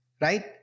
right